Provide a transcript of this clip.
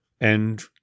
And